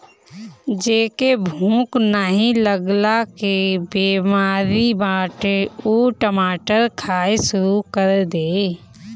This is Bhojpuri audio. जेके भूख नाही लागला के बेमारी बाटे उ टमाटर खाए शुरू कर दे